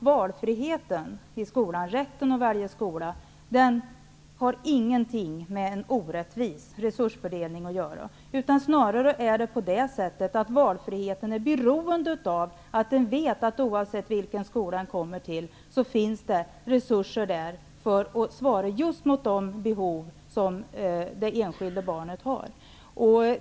Valfriheten i skolan, rätten att välja skola, har ingenting med en orättvis fördelning att göra. Snarare är valfriheten beroende av att man vet att oavsett vilken skola man än väljer finns där resurser som kan svara just mot de behov det enskilda barnet har.